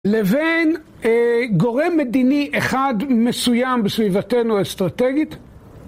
לבין גורם מדיני אחד מסוים בסביבתנו אסטרטגית?